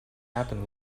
happen